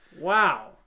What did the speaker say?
Wow